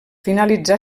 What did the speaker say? finalitzà